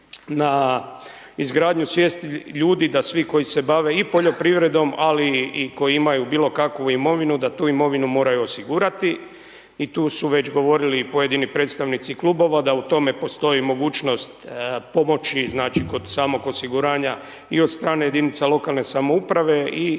na izgradnju svijesti ljudi da svi koji se bave i poljoprivredom, ali i koji imaju bilo kakvu imovinu, da tu imovinu moraju osigurati i tu su već govorili i pojedini predstavnici klubova da u tome postoji mogućnost pomoći znači kod samog osiguranja i od strane jedinica lokalne samouprave i iz